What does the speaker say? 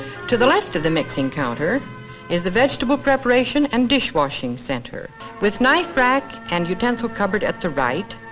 to the left of the mixing counter is the vegetable preparation and dishwashing center with knife rack and utensils covered at the right.